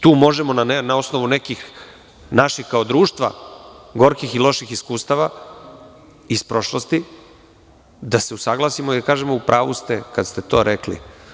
Tu možemo na osnovu nekih naših kao društva gorkih i loših iskustava iz prošlosti da se usaglasimo i da kažemo – u pravu ste kad ste to rekli.